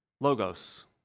Logos